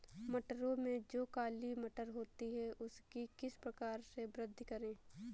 मटरों में जो काली मटर होती है उसकी किस प्रकार से वृद्धि करें?